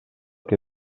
que